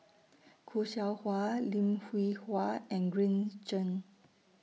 Khoo Seow Hwa Lim Hwee Hua and Green Zeng